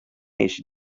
eix